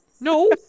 No